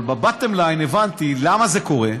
אבל ב-bottom line הבנתי: למה זה קורה?